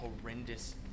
horrendous